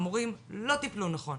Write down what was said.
המורים לא טיפלו נכון,